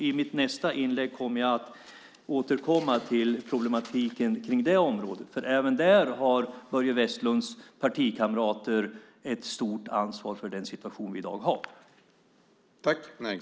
I mitt nästa inlägg återkommer jag till problematiken på det området. Även där har Börje Vestlunds partikamrater ett stort ansvar för den situation som vi har i dag.